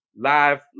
Live